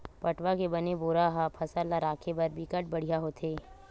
पटवा के बने बोरा ह फसल ल राखे बर बिकट बड़िहा होथे